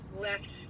left